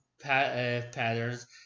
patterns